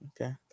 Okay